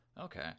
Okay